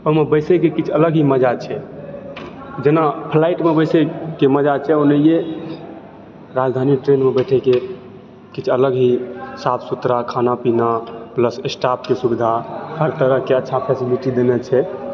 ओहि मे बैसै के किछु अलग ही मजा छै जेना फलाइटमे बैसै के मजा छै ओनहिए राजधानी ट्रेनमे बैठैके किछु अलग ही साफ सुथरा खाना पीना प्लस स्टाफ के सुबिधा हर तरहके अच्छा फेसिलिटी देने छै